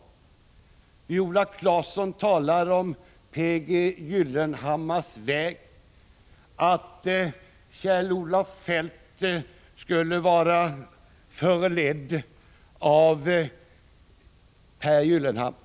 Viola Claesson talar om P.G. Gyllenhammars väg. Kjell-Olof Feldt skulle vara förledd av Pehr Gyllenhammar.